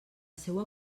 seua